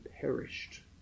perished